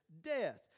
death